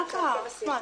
מה קרה, אחמד?